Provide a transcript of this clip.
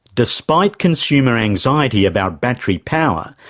despite consumer anxiety about battery power,